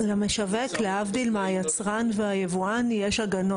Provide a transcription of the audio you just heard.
למשווק, להבדיל מהיצרן והיבואן יש הגנות.